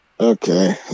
Okay